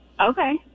Okay